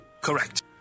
Correct